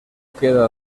queda